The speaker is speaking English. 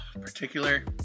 particular